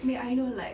may I know like